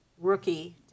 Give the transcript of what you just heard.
rookie